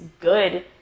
good